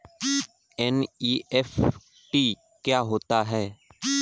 NEFT क्या होता है?